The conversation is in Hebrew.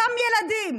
אותם ילדים,